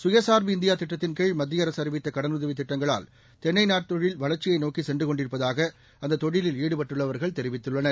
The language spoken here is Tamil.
சுயசார்பு இந்தியா திட்டத்தின்கீழ் மத்திய அரசு அறிவித்த கடனுதவி திட்டங்களால் தென்னை நார் தொழில் வளர்ச்சியை நோக்கி சென்று கொண்டிருப்பதாக அந்த தொழிலில் ஈடுபட்டுள்ளவர்கள் தெரிவித்துள்ளனர்